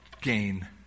gain